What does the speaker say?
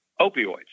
opioids